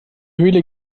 höhle